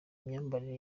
imyambarire